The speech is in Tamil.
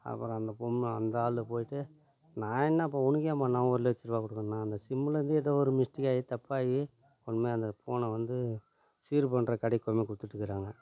அப்புறம் அந்த பொண்ணு அந்தாளு போயிட்டு நான் என்னாப்பா உனக்கு ஏன்பா நான் ஒரு லட்சரூவா கொடுக்கணும் அந்த சிம்லேருந்து ஏதோ ஒரு மிஸ்டிக்காகி தப்பாயி கொண்டு போய் அந்த ஃபோனை வந்து சீர் பண்ணுற கடைக்கு கொண்டு போய் கொடுத்துட்டுக்குறாங்க